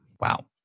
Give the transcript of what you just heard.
Wow